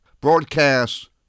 broadcast